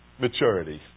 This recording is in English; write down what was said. Maturity